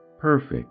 perfect